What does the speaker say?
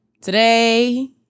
Today